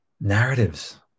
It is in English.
Narratives